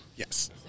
Yes